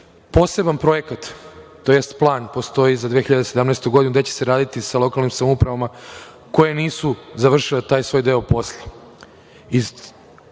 projekat tj. plan postoji za 2017. godinu, gde će se raditi sa lokalnim samoupravama koje nisu završile taj svoj deo posla.